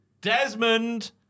Desmond